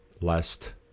lest